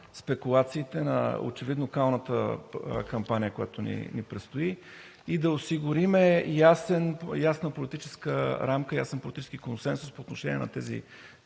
спекулациите на очевидно калната кампания, която ни предстои и да осигурим ясна политическа рамка, ясен политически консенсус по отношение на тези